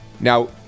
Now